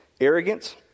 arrogance